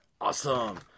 awesome